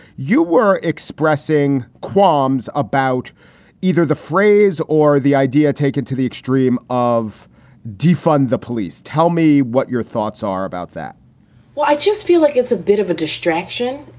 you were expressing qualms about either the phrase or the idea. take it to the extreme of defund the police. tell me what your thoughts are about that well, i just feel like it's a bit of a distraction.